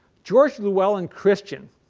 george llewellyn christian